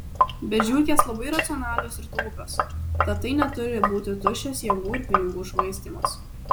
bet žiurkės labai racionalios ir taupios tad tai neturi būti tuščias jėgų ir pinigų švaistymas